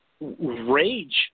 Rage